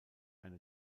eine